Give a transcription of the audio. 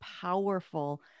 powerful